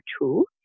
two